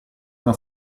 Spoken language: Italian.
una